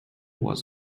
was